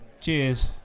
Cheers